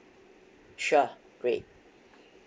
sure great